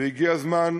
והגיע הזמן,